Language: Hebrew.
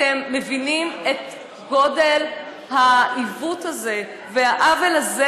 אתם מבינים את גודל העיוות הזה והעוול הזה,